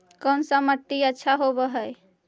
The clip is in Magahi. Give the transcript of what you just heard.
कोन सा मिट्टी अच्छा होबहय?